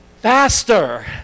faster